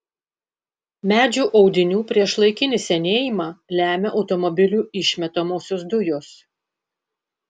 medžių audinių priešlaikinį senėjimą lemia automobilių išmetamosios dujos